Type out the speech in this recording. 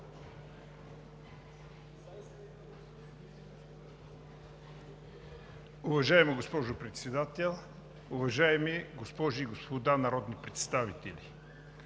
Уважаема госпожо Председател, госпожи и господа народни представители!